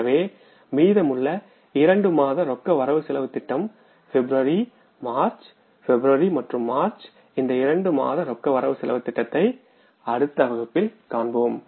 எனவே மீதமுள்ள இரண்டு மாத ரொக்க திட்ட பட்டியல் பிப்ரவரி மார்ச் பிப்ரவரி மற்றும் மார்ச் இந்த இரண்டு மாத ரொக்க திட்ட பட்டியலை அடுத்த வகுப்பில் காண்போம்